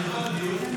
מכל הדיון,